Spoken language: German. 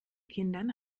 kindern